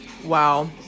Wow